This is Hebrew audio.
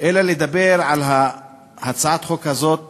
אלא לדבר על הצעת החוק הזאת